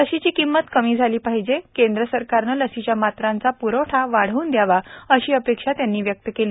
लसीची किंमत कमी झाली पाहिजे केंद्र सरकारनं लसीच्या मात्रांचा प्रवठा वाढव्न द्यावा अशी अपेक्षा त्यांनी व्यक्त केली